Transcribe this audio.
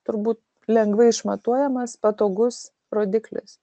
turbūt lengvai išmatuojamas patogus rodiklis